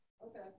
Okay